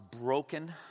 broken